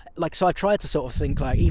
like, so i try to sort of think, like,